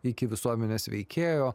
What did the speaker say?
iki visuomenės veikėjo